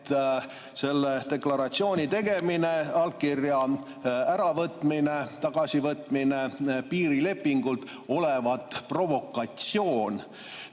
et selle deklaratsiooni tegemine, allkirja äravõtmine, tagasivõtmine piirilepingult on provokatsioon.